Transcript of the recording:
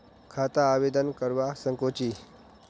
खाता आवेदन करवा संकोची?